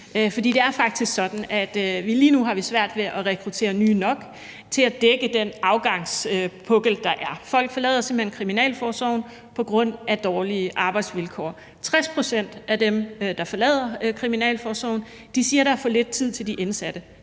Det er faktisk sådan, at vi lige nu har svært ved at rekruttere nye nok til at dække den afgangspukkel, der er. Folk forlader simpelt hen kriminalforsorgen på grund af dårlige arbejdsvilkår. 60 pct. af dem, der forlader kriminalforsorgen, siger, at der er for lidt tid til de indsatte.